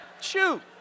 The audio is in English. Shoot